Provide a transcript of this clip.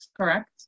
correct